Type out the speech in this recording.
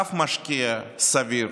כל משקיע סביר